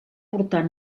portar